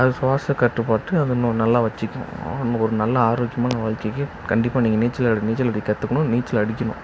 அது சுவாச கற்றுப்பாட்டு அது இன்னும் நல்லா வச்சுக்கும் ஒரு நல்ல ஆரோக்கியமான வாழ்க்கைக்கு கண்டிப்பாக நீங்கள் நீச்சல் அ நீச்சல் அடிக்க கற்றுக்கணும் நீச்சல் அடிக்கணும்